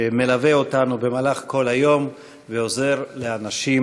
שמלווה אותנו במהלך כל היום ועוזר לאנשים